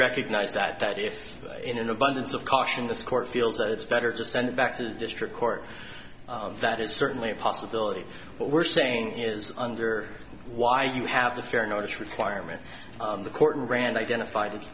recognized that that if in an abundance of caution this court feels that it's better to send it back to the district court that is certainly a possibility what we're saying is under why you have the fair notice requirement of the court and grand identified